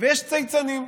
ויש צייצנים.